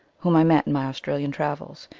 whom i met in my australian travels,